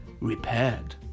repaired